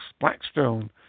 Blackstone